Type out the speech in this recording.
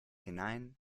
hinein